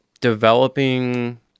developing